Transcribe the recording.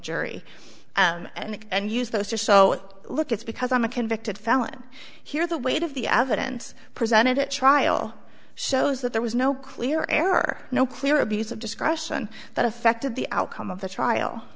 jury and use those just so look it's because i'm a convicted felon here the weight of the evidence presented at trial shows that there was no clear error no clear abuse of discretion that affected the outcome of the trial